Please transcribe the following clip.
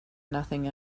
nothing